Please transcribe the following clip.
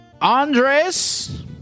Andres